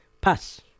pass